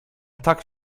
tak